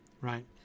right